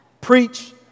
Preach